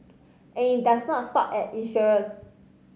and it does not stop at insurers